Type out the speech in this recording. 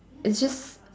it's just